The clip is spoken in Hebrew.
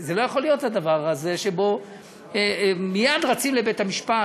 לא יכול להיות הדבר הזה שמייד רצים לבית-המשפט,